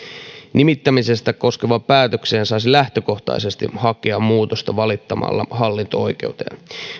nimittämistä koskevaan päätökseen saisi lähtökohtaisesti hakea muutosta valittamalla hallinto oikeuteen